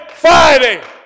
Friday